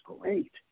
great